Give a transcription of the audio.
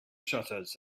shutters